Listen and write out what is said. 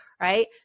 right